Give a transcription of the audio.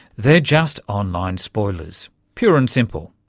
they're just online spoilers, pure and simple.